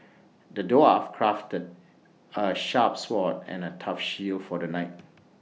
the dwarf crafted A sharp sword and A tough shield for the knight